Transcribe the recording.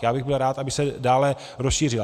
Já bych byl rád, aby se dále rozšířila.